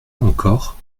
encore